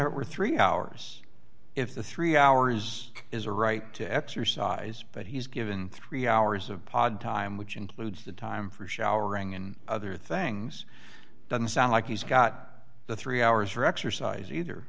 it were three hours if the three hours is a right to exercise but he's given three hours of pod time which includes the time for showering and other things doesn't sound like he's got the three hours for exercise either